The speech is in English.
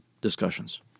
discussions